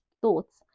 thoughts